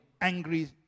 angry